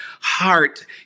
heart